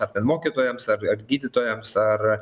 apie mokytojams ar ar gydytojams ar